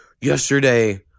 yesterday